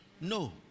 No